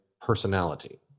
personality